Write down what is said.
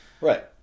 right